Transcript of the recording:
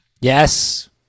Yes